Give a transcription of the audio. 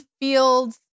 Fields